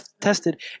tested